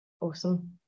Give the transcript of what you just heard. Awesome